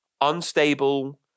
unstable